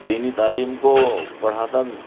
دینی تعلیم کو پڑھاتا بھی ہوں